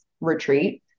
retreat